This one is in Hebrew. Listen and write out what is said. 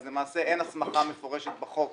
אז למעשה אין הסמכה מפורשת בחוק